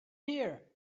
here